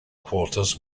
quarters